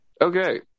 okay